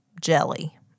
jelly